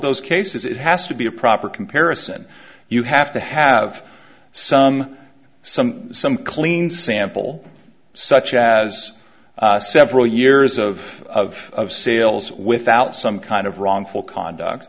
those cases it has to be a proper comparison you have to have some some some clean sample such as several years of sales without some kind of wrongful conduct